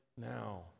now